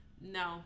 No